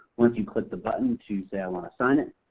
once you click the button to say i want to sign it,